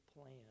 plan